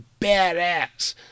badass